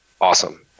awesome